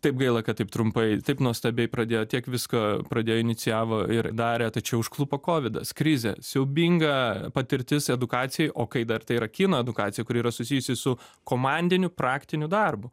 taip gaila kad taip trumpai taip nuostabiai pradėjo tiek visko pradėjo inicijavo ir darė tačiau užklupo kovidas krizė siaubinga patirtis edukacijai o kai dar tai yra kino edukacija kuri yra susijusi su komandiniu praktiniu darbu